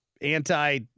anti